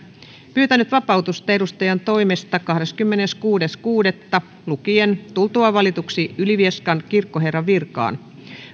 pyytänyt vapautusta edustajantoimesta kahdeskymmeneskuudes kuudetta kaksituhattakahdeksantoista lukien tultuaan valituksi ylivieskan kirkkoherran virkaan